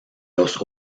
los